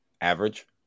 average